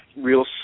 Real